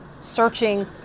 searching